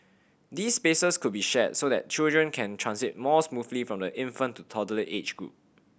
these spaces could be shared so that children can transit more smoothly from the infant to toddler age group